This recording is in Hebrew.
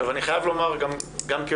אני חייב לומר גם כהורה,